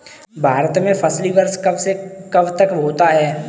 भारत में फसली वर्ष कब से कब तक होता है?